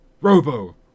robo